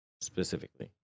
specifically